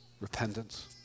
Repentance